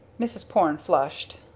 mrs. porne flushed.